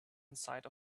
inside